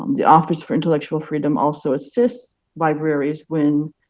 um the office for intellectual freedom also assists libraries when